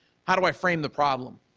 how do i frame the problem?